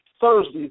Thursday